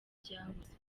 byahoze